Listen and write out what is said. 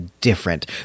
different